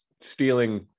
stealing